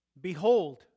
behold